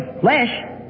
flesh